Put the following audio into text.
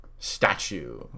statue